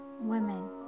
women